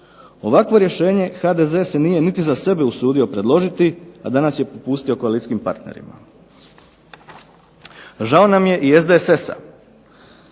Ovakvo rješenje HDZ se nije niti za sebe usudio predložiti, a danas je popustio koalicijskim partnerima. Žao nam je i SDSS-a.